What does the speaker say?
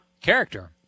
Character